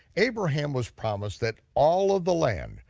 abraham was promised that all of the land,